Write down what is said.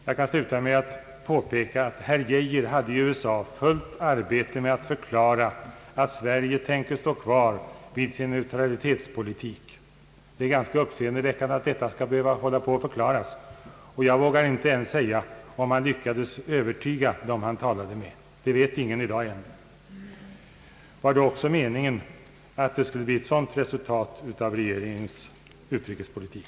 Jag kan sluta med att påpeka att herr Geijer hade fullt arbete i USA med att förklara att Sverige tänker stå kvar vid sin neutralitetspolitik. Det är ganska uppseendeväckande att detta skall behöva hålla på att förklaras, och jag vågar inte ens säga om han lyckades övertyga dem han talade med. Det vet ingen i dag ännu. Var det också meningen att det skulle bli ett sådant resultat av regeringens utrikespolitik?